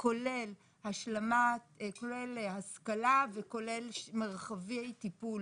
כולל השכלה וכולל מרחבי טיפול